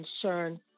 concern